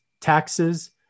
taxes